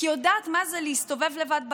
כי היא יודעת מה זה להסתובב לבד בלילה,